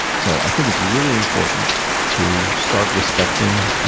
so i think it's really important to start respecting